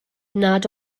nad